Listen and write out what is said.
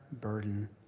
burden